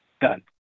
Done